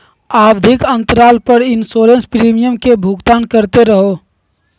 आवधिक अंतराल पर इंसोरेंस प्रीमियम के भुगतान करते रहो